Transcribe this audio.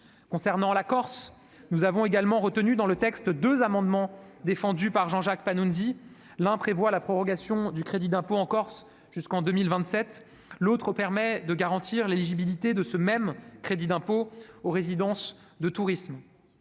Concernant la Corse, nous avons retenu dans le texte deux amendements défendus par Jean-Jacques Panunzi : l'un prévoit la prorogation du crédit d'impôt en Corse jusqu'en 2027, l'autre permet de garantir l'éligibilité de ce même crédit d'impôt aux résidences de tourisme.